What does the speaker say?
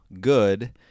good